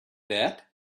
that